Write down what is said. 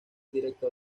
director